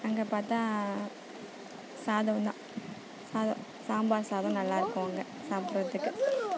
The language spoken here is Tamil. அங்கே பார்த்தா சாதந்தான் சாதம் சாம்பார் சாதம் நல்லாயிருக்கும் அங்கே சாப்புடுறதுக்கு